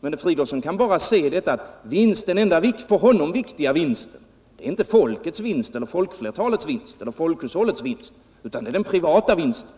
Men herr Fridolfsson kan bara se detta: Den enda för honom riktiga vinsten är inte folkets eller folkflertalets eller folkhushållets vinst utan det är den privata vinsten,